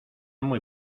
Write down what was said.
muy